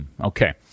Okay